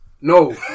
No